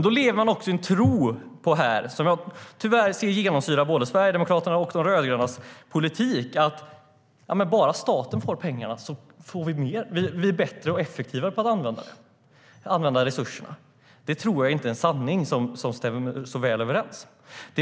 Då lever man också i en tro som tyvärr genomsyrar både Sverigedemokraternas och de rödgrönas politik: Bara staten får pengarna får vi ut mer, samtidigt som resurserna används bättre och effektivare. Det är en sanning som inte stämmer.